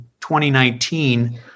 2019